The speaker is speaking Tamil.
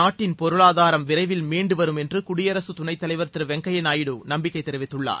நாட்டின் பொருளாதாரம் விரைவில் மீண்டும் வரும் என்று குடியரசுத் துணைத்தலைவர் திரு வெங்கைய்யா நாயுடு நம்பிக்கை தெரிவித்துள்ளார்